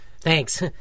thanks